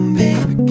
baby